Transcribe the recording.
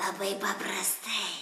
labai paprastai